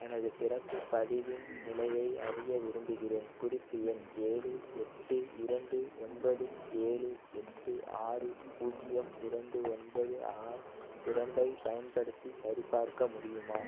எனது பிறப்புப் பதிவின் நிலையை அறிய விரும்புகிறேன் குறிப்பு எண் ஏழு எட்டு இரண்டு ஒன்பது ஏழு எட்டு ஆறு பூஜ்ஜியம் இரண்டு ஒன்பது ஆறு இரண்டைப் பயன்படுத்தி சரிப்பார்க்க முடியுமா